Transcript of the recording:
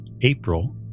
April